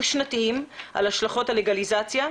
על השלכות הלגליזציה,